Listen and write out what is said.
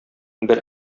бер